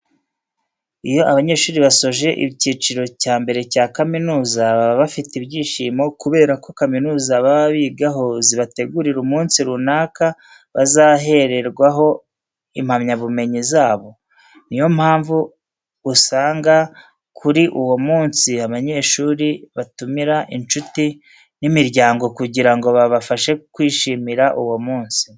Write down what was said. Iyo abanyeshuri basoje icyiciro cya mbere cya kaminuza baba bafite ibyishimo kubera ko kaminuza baba bigaho zibategurira umunsi runaka bazahererwaho impamyabumenyi zabo. Niyo mpamvu usanga kuri uwo munsi, abanyeshuri batumira inshuti n'imiryango kugira ngo babafashe kwishimira uwo munsi.